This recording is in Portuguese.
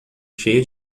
cheia